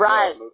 Right